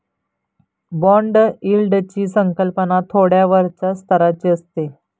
bond यील्डची संकल्पना थोड्या वरच्या स्तराची असते